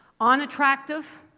unattractive